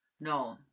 No